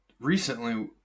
Recently